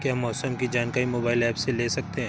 क्या मौसम की जानकारी मोबाइल ऐप से ले सकते हैं?